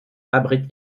abrite